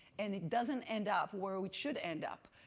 and it doesn't end up where it should end up.